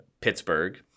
Pittsburgh